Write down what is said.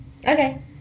Okay